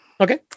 okay